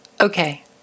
Okay